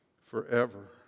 forever